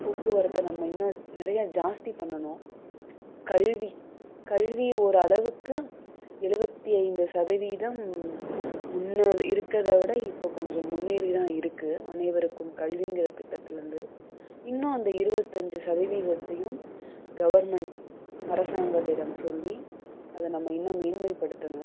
போக்குவரத்தை நம்ம இன்னும் நிறைய ஜாஸ்தி பண்ணணும் கல்வி கல்வி ஒரு அளவுக்கு எலுபத்தி ஐந்து சதவீதம் முன்னே இருக்குறதை விட இப்போ கொஞ்சம் முன்னேறி தான் இருக்கு அனைவருக்கும் கல்விங்கிற திட்டத்துலேருந்து இன்னும் அந்த இருபத்தஞ்சு சதவீதத்தையும் கவர்மெண்ட் அரசாங்கத்திடம் சொல்லி அதை நம்ம இன்னும் மேன்மைப்படுத்தணும்